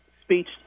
speech